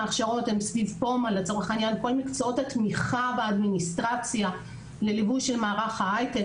סביב כל מקצועות התמיכה והאדמיניסטרציה לליווי של מערך ההיי-טק.